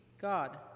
God